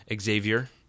Xavier